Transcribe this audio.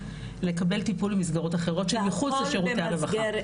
לקבל טיפול במסגרות אחרות שהן מחוץ לשירותי הרווחה.